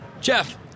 Jeff